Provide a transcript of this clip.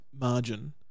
margin